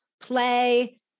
Play